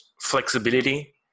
flexibility